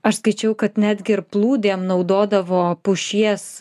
aš skaičiau kad netgi ir plūdėm naudodavo pušies